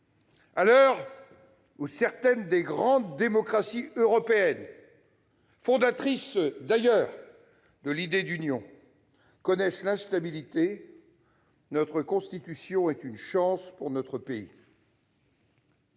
l'heure où certaines des grandes démocraties européennes, d'ailleurs fondatrices de l'idée d'union, connaissent l'instabilité, notre Constitution est une chance pour notre pays.